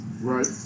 Right